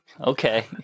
Okay